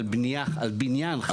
על בניין חדש.